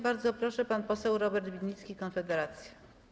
Bardzo proszę, pan poseł Robert Winnicki, Konfederacja.